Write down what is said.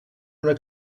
una